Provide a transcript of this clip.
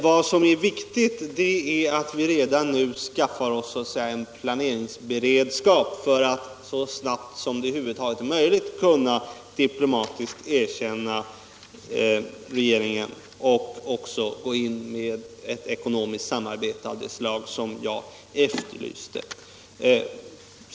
Vad som är viktigt är att vi redan nu skaffar oss så att säga en planeringsberedskap för att så snabbt som över huvud taget är möjligt kunna diplomatiskt erkänna MPLA-regeringen och gå in med ett ekonomiskt samarbete av det slag som jag efterlyste.